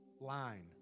line